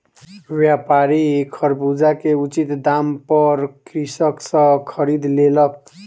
व्यापारी खरबूजा के उचित दाम पर कृषक सॅ खरीद लेलक